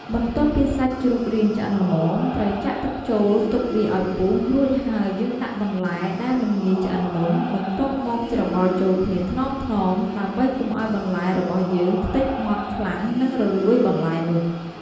បន្ទាប់ពីសាច់ជ្រូករាងឆ្អិនល្មម ត្រូវចាក់ទឹកចូលទុកវាអោយពុះ រួចហើយយើងដាក់បន្លែដែលមិនងាយឆ្អិនមុន បន្ទាប់មកច្របល់ចូលគ្នាថ្នមៗដើម្បីកុំឲ្យបន្លែរបស់យើងខ្ទេចម៉ត់ខ្លាំងនិងរលួយបន្លែនោះ។